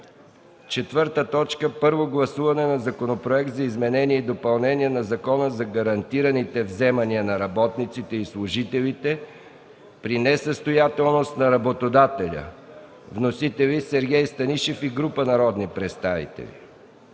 съвет. 4. Първо гласуване на Законопроект за изменение и допълнение на Закона за гарантираните вземания на работниците и служителите при несъстоятелност на работодателя. Вносители – Сергей Станишев и група народни представители.